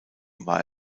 war